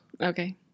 Okay